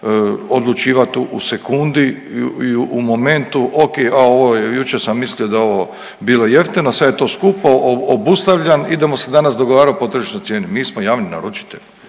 odlučivat u sekundi i u momentu okej, a ovo je, jučer sam mislio da je ovo bilo jeftino, sad je to skupo, obustavljam, idemo se danas dogovarat po tržišnoj cijeni. Mi smo javni naručitelji,